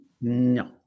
No